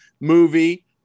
movie